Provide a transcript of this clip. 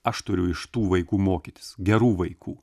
aš turiu iš tų vaikų mokytis gerų vaikų